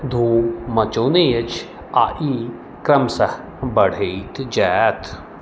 धूम मचओने अछि आ ई क्रमशः बढ़ैत जायत